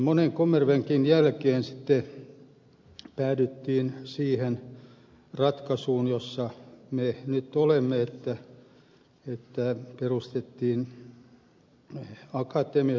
monen kommervenkin jälkeen sitten päädyttiin siihen ratkaisuun jossa me nyt olemme että perustettiin suomen akatemia